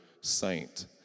saint